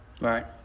Right